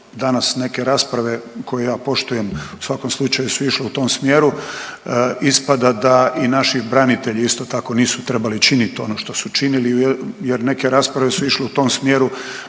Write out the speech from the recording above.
danas neke rasprave koje ja poštujem u svakom slučaju su išle u tom smjeru, ispada da i naši branitelji isto tako nisu trebali činiti ono što su činili jer neke rasprave su išle u tom smjeru